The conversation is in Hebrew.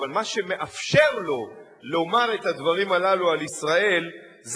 אבל מה שמאפשר לו לומר את הדברים הללו על ישראל זה